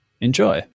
Enjoy